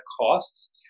costs